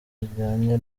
bujyanye